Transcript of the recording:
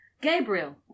Gabriel